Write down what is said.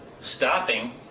stopping